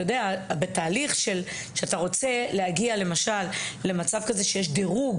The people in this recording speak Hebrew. בתהליך שבו אתה רוצה להגיע למצב שיש דירוג